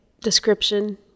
description